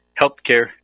healthcare